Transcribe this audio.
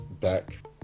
back